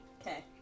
Okay